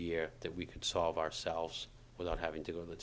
year that we could solve ourselves without having to go all the